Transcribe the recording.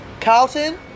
Carlton